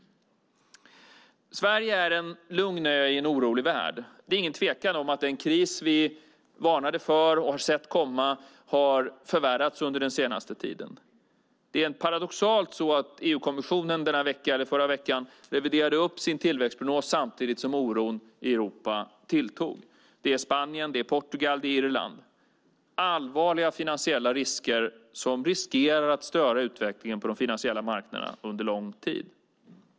Sverige är en lugn ö i en orolig värld. Det är ingen tvekan om att den kris vi varnade för och har sett komma har förvärrats under den senaste tiden. Det är paradoxalt att EU-kommissionen förra veckan reviderade upp sin tillväxtprognos samtidigt som oron i Europa tilltog. Det är Spanien, det är Portugal och det är Irland - allvarliga finansiella risker som riskerar att störa utvecklingen på de finansiella marknaderna under lång tid.